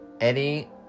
Eddie